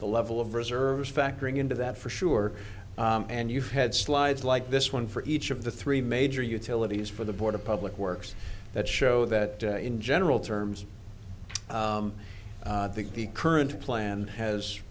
the level of reserves factoring into that for sure and you've had slides like this one for each of the three major utilities for the board of public works that show that in general terms think the current plan has